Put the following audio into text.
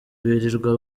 birirwa